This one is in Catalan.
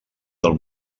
del